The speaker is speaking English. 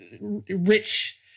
rich